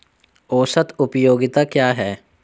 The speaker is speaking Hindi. औसत उपयोगिता क्या है?